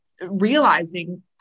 realizing